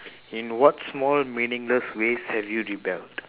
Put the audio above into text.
in what small meaningless ways have you rebelled